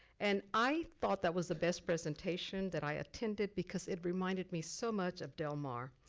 and i thought that was the best presentation that i attended because it reminded me so much of del mar.